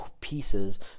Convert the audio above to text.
pieces